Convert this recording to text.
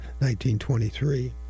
1923